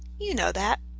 you know that.